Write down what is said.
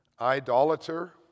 idolater